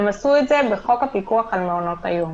הם עשו את זה בחוק הפיקוח על מעונות היום.